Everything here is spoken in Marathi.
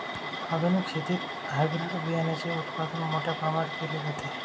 आधुनिक शेतीत हायब्रिड बियाणाचे उत्पादन मोठ्या प्रमाणात केले जाते